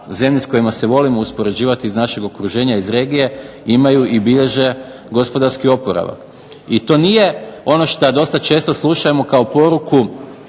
zemlje s kojima se volimo uspoređivati iz našeg okruženja, iz regije imaju i bilježe gospodarski oporavak. I to nije ono šta dosta često slušamo kao poruku